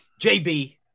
JB